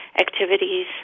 activities